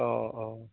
অঁ অঁ